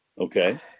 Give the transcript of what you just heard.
Okay